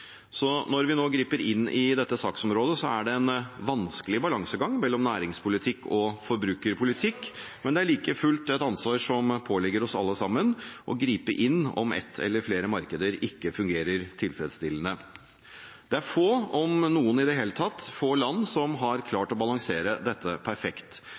Når vi nå griper inn i dette saksområdet, er det en vanskelig balansegang mellom næringspolitikk og forbrukerpolitikk. Det påligger oss alle like fullt et ansvar for å gripe inn dersom ett eller flere markeder ikke fungerer tilfredsstillende. Det er få land, om noen i det hele tatt, som har klart å balansere dette perfekt,